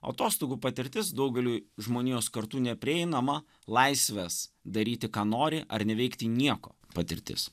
atostogų patirtis daugeliui žmonijos kartų neprieinama laisvės daryti ką nori ar neveikti nieko patirtis